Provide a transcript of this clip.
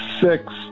six